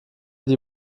die